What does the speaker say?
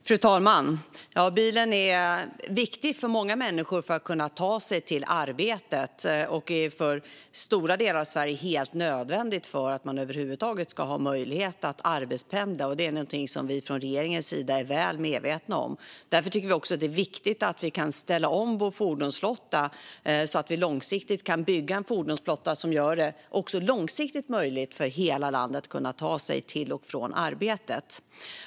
Fru talman! Bilen är viktig för många människor för att de ska kunna ta sig till arbetet, och den är för stora delar av Sverige helt nödvändig för att man över huvud taget ska ha möjlighet att arbetspendla. Det är någonting som vi från regeringens sida är väl medvetna om. Därför tycker vi också att det är viktigt att man kan ställa om vår fordonsflotta så att vi kan bygga en sådan flotta som också långsiktigt gör det möjligt i hela landet att ta sig till och från arbetet.